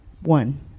one